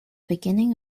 beginning